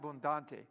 Abundante